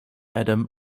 adam